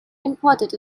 important